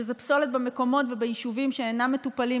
שזה פסולת במקומות וביישובים שאינם מטופלים,